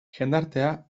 jendartea